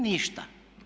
Ništa.